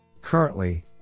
Currently